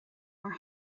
mar